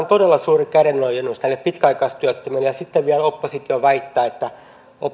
todella suuri kädenojennus tälle pitkäaikaistyöttömälle ja sitten vielä oppositio väittää että